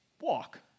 Walk